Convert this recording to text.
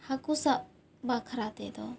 ᱦᱟᱹᱠᱩ ᱥᱟᱵ ᱵᱟᱠᱷᱨᱟ ᱛᱮᱫᱚ